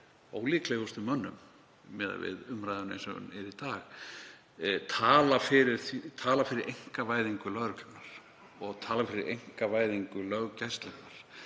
ólíklegustu mönnum, miðað við umræðuna eins og hún er í dag, tala fyrir einkavæðingu lögreglunnar og tala fyrir einkavæðingu löggæslunnar